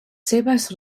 seves